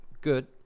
good